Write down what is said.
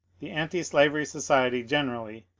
the antislavery society generally,